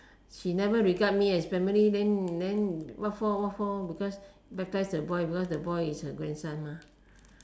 she never regard me as family then then what for what for because baptise the boy because the boy is her grandson mah